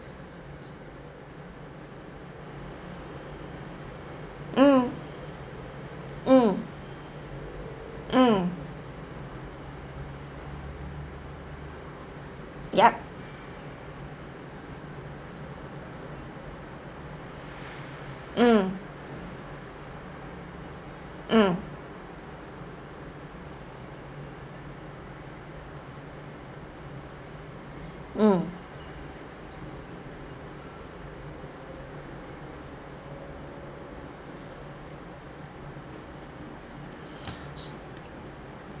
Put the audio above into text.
mm mm mm yup mm mm mm